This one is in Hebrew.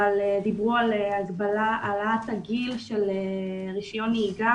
אבל דיברו על העלאת הגיל של רישיון נהיגה.